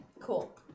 Cool